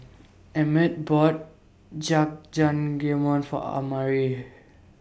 Emett bought Jajangmyeon For Amari